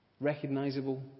recognizable